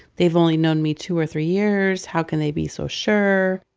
they've only known me two or three years. how can they be so sure?